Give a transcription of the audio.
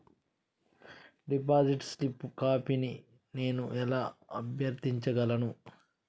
Deposit slip కాపీని నేను ఎలా అభ్యర్థించగలను?